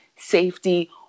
safety